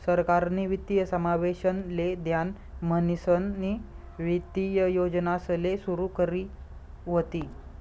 सरकारनी वित्तीय समावेशन ले ध्यान म्हणीसनी वित्तीय योजनासले सुरू करी व्हती